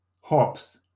hops